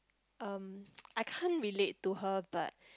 um I can't relate to her but